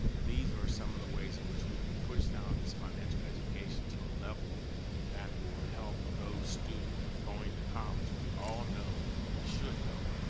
these are some of the ways in which we can push down this financial education to a level that will help those students going to college. we all know, or we should know,